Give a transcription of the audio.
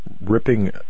ripping